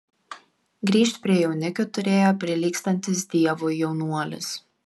grįžt prie jaunikių turėjo prilygstantis dievui jaunuolis